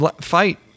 fight